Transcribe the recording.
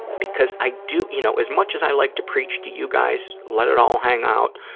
because i do, you know, as much as i like to preach to you guys, let it all hang out,